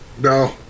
No